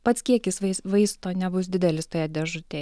pats kiekis vais vaisto nebus didelis toje dėžutėje